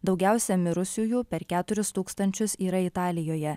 daugiausia mirusiųjų per keturis tūkstančius yra italijoje